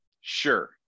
sure